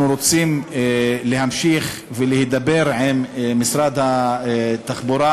אנחנו רוצים להמשיך ולהידבר עם משרד התחבורה